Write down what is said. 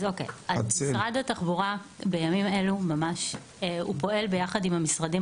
משרד התחבורה בימים אלו ממש פועל יחד עם המשרדים